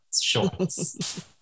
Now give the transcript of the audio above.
shorts